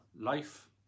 life